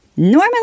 Normally